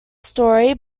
story